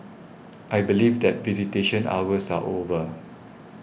I believe that visitation hours are over